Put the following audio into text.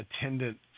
attendant